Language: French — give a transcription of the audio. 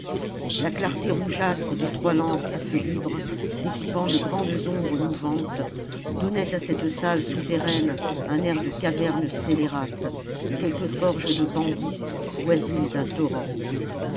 la clarté rougeâtre des trois lampes à feu libre découpant de grandes ombres mouvantes donnait à cette salle souterraine un air de caverne scélérate quelque forge de bandits voisine d'un torrent